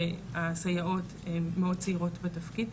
הסייעות מאוד צעירות בתפקיד,